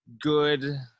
good